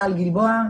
טל גלבוע,